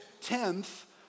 tenth